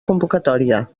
convocatòria